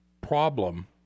problem